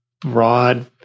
broad